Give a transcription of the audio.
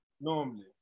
normally